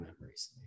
memories